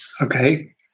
okay